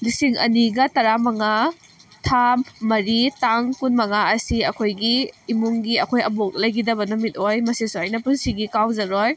ꯂꯤꯁꯤꯡ ꯑꯅꯤꯒ ꯇꯔꯥ ꯃꯉꯥ ꯊꯥ ꯃꯔꯤ ꯇꯥꯡ ꯀꯨꯟ ꯃꯉꯥ ꯑꯁꯤ ꯑꯩꯈꯣꯏꯒꯤ ꯏꯃꯨꯡꯒꯤ ꯑꯩꯈꯣꯏ ꯑꯕꯣꯛ ꯂꯩꯈꯤꯗꯕ ꯅꯨꯃꯤꯠ ꯑꯣꯏ ꯃꯁꯤꯁꯨ ꯑꯩꯅ ꯄꯨꯟꯁꯤꯒꯤ ꯀꯥꯎꯖꯔꯣꯏ